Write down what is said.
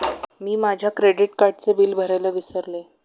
मी माझ्या क्रेडिट कार्डचे बिल भरायला विसरले